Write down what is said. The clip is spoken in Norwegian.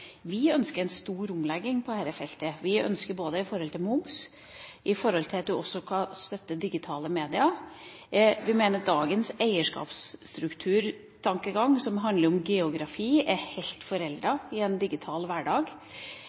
Vi ønsker en stor omlegging på dette feltet, både når det gjelder moms og støtte til digitale medier. Vi mener at dagens eierskapsstrukturtankegang, som handler om geografi, er helt foreldet i en digital hverdag.